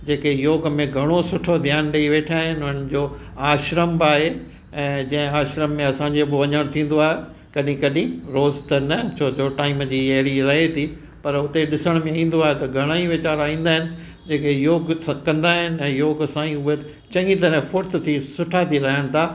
जेके योग में घणो सुठो ध्यानु ॾेई वेठा आहिनि इन्हनि जो आश्रम बि आहे ऐं जंहिं आश्रम में असांजो बि वञणु थींदो आहे कॾहिं कॾहिं रोज़ त न छोजो टाइम जी अहिड़ी रहे थी पर उते ॾिसण में ईंदो आहे त घणेई वेचारा ईंदा आहिनि जेके योग कंदा आहिनि ऐं योग सां ई उहे चङी तरह फ़ुर्त थी सुठा थी रहनि था